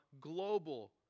global